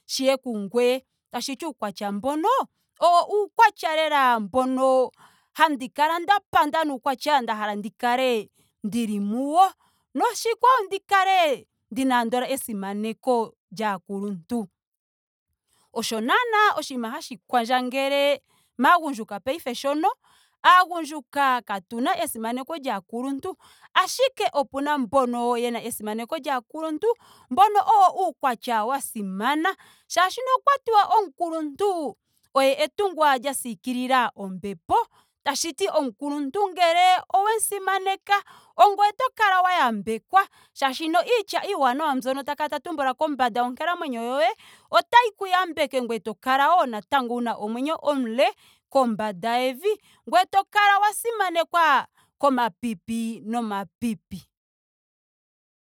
Shiye kungweye. tashiti uukwatya mbono owo uukwatya lela mbono handi kala nda panda. nuukwatya nda hala ndi kale ndili muwo. noshikwawo ndi kale andola ndina esimaneko lyaakuluntu. Osho naa oshinima hashi kwandjangele maagundjuka paife shoka. Aagundjuka kaatuna esimaneko lyaakuluntu. ashike opena mbono yena esimaneko lyaakuluntu. mbono owo uukwatya wa simana. molwaashoka okwa tiwa omukuluntu oye etungwa ya siikilila ombepo. Tashiti ngele omukuluntu owemu simaneka ongoye to kala wa yambekwa molwaashoka iitya iiwanawa mbyono ta kala ta tumbula kombanda yonkalamwenyo yoye otayi ku yambeke. ngoye to kala natango wuna omwenyo omule kombanda yevi. ngweye to kala wa simanekwa komapipi nomapipi.